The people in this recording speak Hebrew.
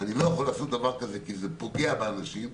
לא יכול לעשות דבר כזה כי זה פוגע באנשים.